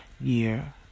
year